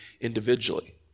individually